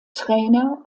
trainer